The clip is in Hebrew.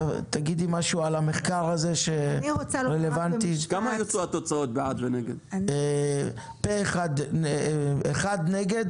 הצבעה בעד הרביזיה 3 נגד הרביזיה 1 הרביזיה לא התקבלה.